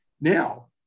Now